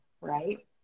right